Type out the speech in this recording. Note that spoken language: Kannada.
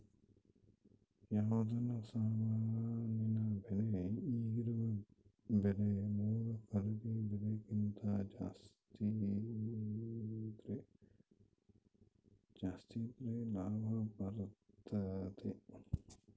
ಯಾವುದನ ಸಾಮಾನಿನ ಬೆಲೆ ಈಗಿರೊ ಬೆಲೆ ಮೂಲ ಖರೀದಿ ಬೆಲೆಕಿಂತ ಜಾಸ್ತಿದ್ರೆ ಲಾಭ ಬರ್ತತತೆ